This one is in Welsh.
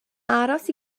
aros